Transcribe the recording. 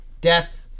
Death